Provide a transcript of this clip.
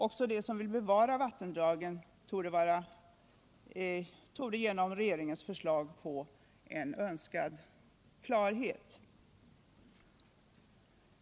Också de som vill bevara vattendragen torde genom regeringens förslag få önskad klarhet.